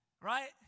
Right